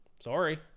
Sorry